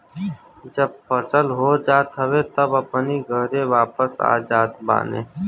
जब फसल हो जात हवे तब अपनी घरे वापस आ जात बाने